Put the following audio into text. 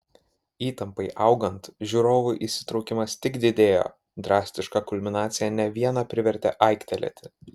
įtampai augant žiūrovų įsitraukimas tik didėjo drastiška kulminacija ne vieną privertė aiktelėti